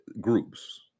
groups